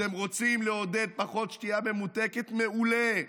אתם רוצים לעודד פחות שתייה ממותקת, מעולה.